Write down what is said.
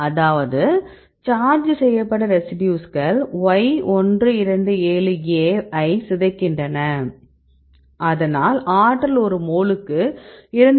அதாவது சார்ஜ் செய்யப்பட்ட ரெசிடியூஸ்கள் Y127A ஐ சிதைகின்றன அதனால் ஆற்றல் ஒரு மோலுக்கு 2